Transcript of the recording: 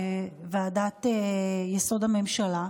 בוועדה המיוחדת לדיון בחוק-יסוד: הממשלה,